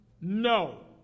no